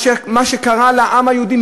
מה שקרה לעם היהודי,